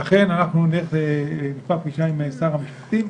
לכן נקבע פגישה עם שר המשפטים.